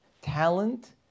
Talent